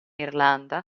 irlanda